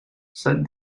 said